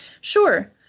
Sure